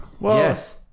Yes